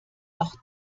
auch